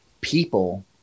people